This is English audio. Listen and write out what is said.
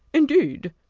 indeed!